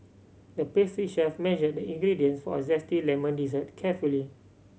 the pastry chef measured the ingredients for a zesty lemon dessert carefully